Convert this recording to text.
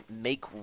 make